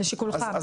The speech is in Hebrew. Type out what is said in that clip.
הסדר לשיקולך.